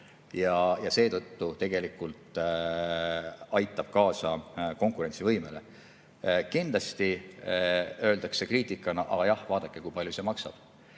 ja seetõttu tegelikult aitab kaasa konkurentsivõimele. Kindlasti öeldakse kriitikana, et jah, aga vaadake, kui palju see maksab.